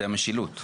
זו המשילות.